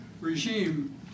regime